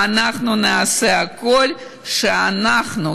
אנחנו נעשה הכול כדי שאנחנו,